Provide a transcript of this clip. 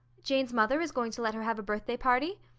jane's mother is going to let her have a birthday party?